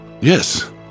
Yes